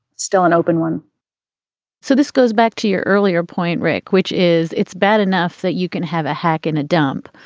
still an open one so this goes back to your earlier point, rick, which is it's bad enough that you can have a hack in a dump,